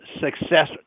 success